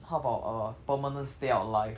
how about a permanent stay out life